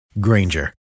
Granger